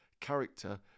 character